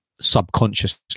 Subconsciously